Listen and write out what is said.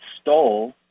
stole